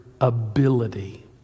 ability